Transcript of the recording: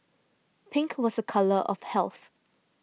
pink was a colour of health